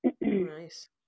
Nice